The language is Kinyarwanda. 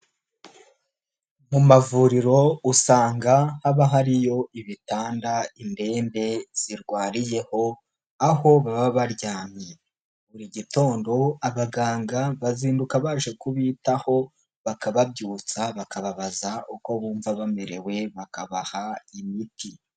Mu mavuriro usanga haba hariyo ibitanda indembe zirwariyeho, aho baba baryamye. Buri gitondo abaganga bazinduka baje kubitaho, bakababyutsa, bakababaza uko bumva bamerewe, bakabaha imiti.